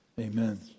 Amen